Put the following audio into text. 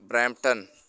Brampton